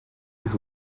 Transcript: who